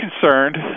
concerned